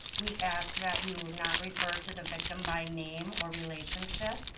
we ask that you not refer to the victim by name or relationship.